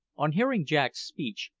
on hearing jack's speech,